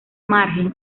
margen